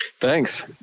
Thanks